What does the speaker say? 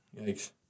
Yikes